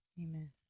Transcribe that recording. Amen